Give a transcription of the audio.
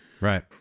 Right